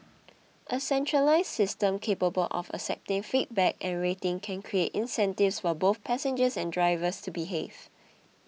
a centralised system capable of accepting feedback and rating can create incentives for both passengers and drivers to behave